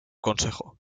consejo